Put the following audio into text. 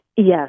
Yes